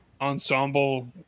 Ensemble